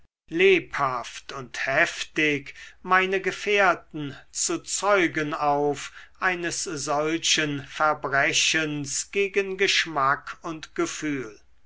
lebhaft und heftig meine gefährten zu zeugen auf eines solchen verbrechens gegen geschmack und gefühl